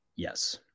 Yes